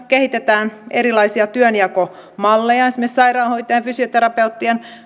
kehitetään erilaisia työnjakomalleja esimerkiksi sairaanhoitajien ja fysioterapeuttien